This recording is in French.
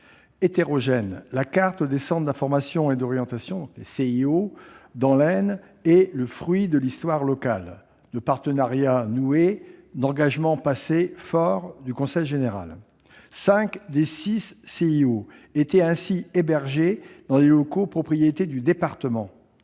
la carte des centres d'information et d'orientation, les CIO, dans l'Aisne est le fruit de l'histoire locale, de partenariats noués, d'engagements passés forts du conseil général. Cinq des six CIO étaient ainsi hébergés dans les locaux propriétés du département.